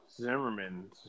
Zimmerman